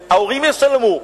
ההורים ישלמו,